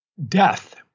death